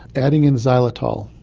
adding in xylitol,